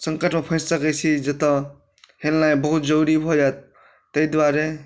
सङ्कटमे फँसि सकैत छी जतय हेलनाइ बहुत जरूरी भऽ जायत ताहि दुआरे